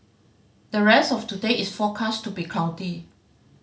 the rest of today is forecast to be cloudy